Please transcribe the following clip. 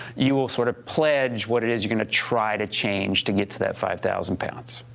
you will sort of pledge what it is you're gonna try to change to get to that five thousand pounds.